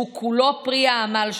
שהוא כולו פרי העמל שלך.